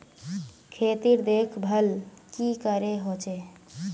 खेतीर देखभल की करे होचे?